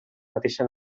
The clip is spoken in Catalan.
mateixa